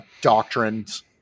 doctrines